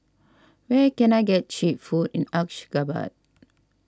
where can I get Cheap Food in Ashgabat